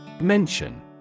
Mention